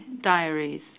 diaries